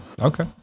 okay